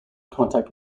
contact